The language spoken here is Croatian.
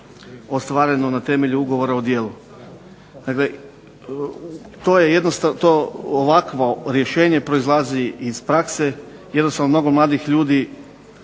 ostvareno na temelju ugovora o djelu. Dakle, to jednostavno, to ovakvo rješenje proizlazi iz prakse. Jednostavno mnogo mladih ljudi